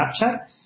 Snapchat